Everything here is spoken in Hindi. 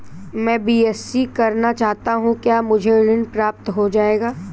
मैं बीएससी करना चाहता हूँ क्या मुझे ऋण प्राप्त हो जाएगा?